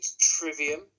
Trivium